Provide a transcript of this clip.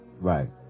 right